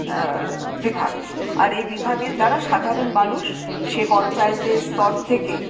বিভাগ আর এই বিভাগের দ্বারা সাধারণ মানুষ সে পঞ্চায়েতের স্তর থেকে